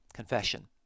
confession